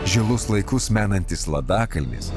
žilus laikus menantis ladakalnis